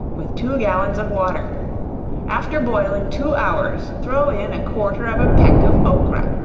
with two gallons of water after boiling two hours, throw in a quarter of a peck of ocra,